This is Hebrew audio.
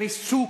וריסוק,